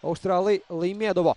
australai laimėdavo